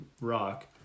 rock